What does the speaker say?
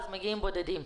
מגיעים בודדים.